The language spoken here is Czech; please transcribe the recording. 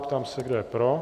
Ptám se, kdo je pro.